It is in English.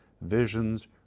visions